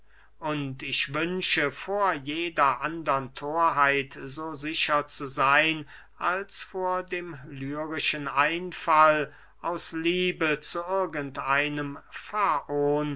und ich wünsche vor jeder andern thorheit so sicher zu seyn als vor dem lyrischen einfall aus liebe zu irgend einem